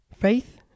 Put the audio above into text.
Faith